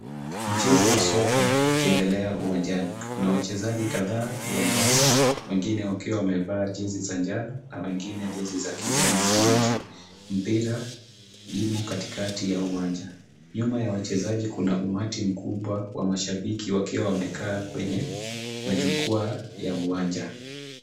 Mchezo wa soka ukiendelea uwanjani. Kuna wachezaji kadhaa uwanjani, wengine wakiwa wamevaa jezi za njano na wengine jezi za kijani kibichi. Mpira imo katikati ya uwanja. Nyuma ya wachezaji kuna umati mkubwa wa mashabiki wakiwa wamekaa kwenye majukwaa ya uwanja.